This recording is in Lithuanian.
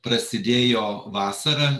prasidėjo vasarą